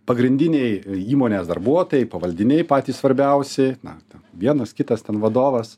pagrindiniai įmonės darbuotojai pavaldiniai patys svarbiausi na ten vienas kitas ten vadovas